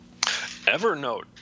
evernote